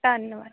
ਧੰਨਵਾਦ ਜੀ